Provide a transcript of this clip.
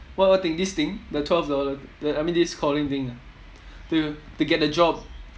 what what thing this thing the twelve dollar the I mean this calling thing ah to to get the job